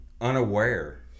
unaware